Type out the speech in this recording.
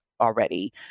already